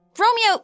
Romeo